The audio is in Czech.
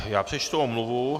Já přečtu omluvu.